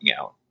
out